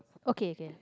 okay okay